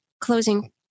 closing